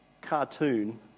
cartoon